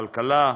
כלכלה,